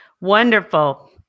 Wonderful